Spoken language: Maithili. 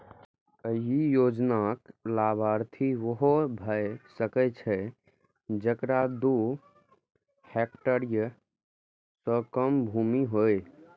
एहि योजनाक लाभार्थी वैह भए सकै छै, जेकरा दू हेक्टेयर सं कम भूमि होय